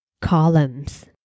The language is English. columns